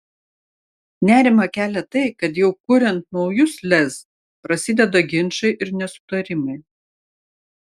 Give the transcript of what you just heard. nerimą kelią tai kad jau kuriant naujus lez prasideda ginčai ir nesutarimai